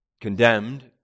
condemned